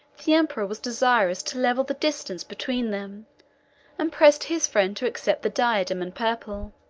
the emperor was desirous to level the distance between them and pressed his friend to accept the diadem and purple.